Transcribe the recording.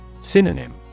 Synonym